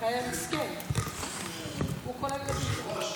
היה מסכן, כמו כל הילדים שלנו.